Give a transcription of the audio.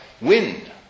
wind